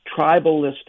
tribalistic